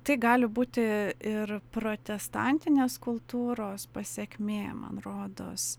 tai gali būti ir protestantinės kultūros pasekmė man rodos